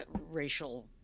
racial